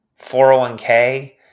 401k